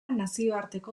nazioarteko